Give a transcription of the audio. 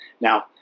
Now